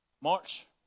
March